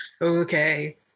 okay